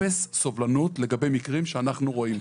אפס סובלנות לגבי מקרים שאנחנו רואים.